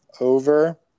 Over